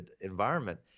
environment